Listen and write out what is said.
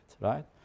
right